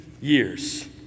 years